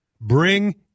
Bring